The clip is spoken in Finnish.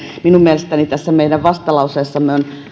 minun mielestäni meidän vastalauseessamme on